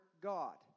God